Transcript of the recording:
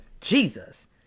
Jesus